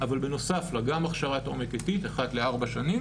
אבל בנוסף לה גם הכשרת עומק איטית אחת לארבע שנים